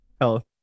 health